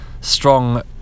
Strong